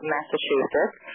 Massachusetts